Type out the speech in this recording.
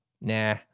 Nah